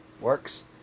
works